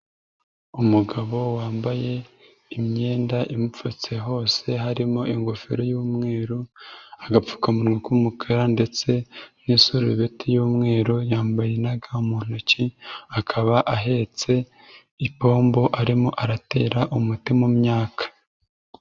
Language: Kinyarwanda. Umugabo wambaye imyenda imupfutse hose harimo ingofero y'umweru, agapfukamunwa k'umukara ndetse n'isubeti y'umweru yambaye na ga mu ntoki, akaba ahetse ipombo arimo aratera umuti mu myaka.